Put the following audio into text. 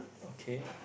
okay